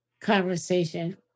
conversation